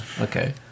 Okay